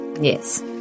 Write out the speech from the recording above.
Yes